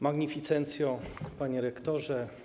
Magnificencjo Panie Rektorze!